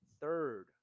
third